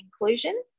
inclusion